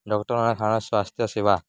ଡ଼ାକ୍ଟରମାନଙ୍କର ସ୍ୱାସ୍ଥ୍ୟ ସେବା